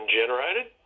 generated